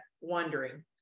wondering